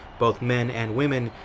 both men and women,